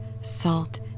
salt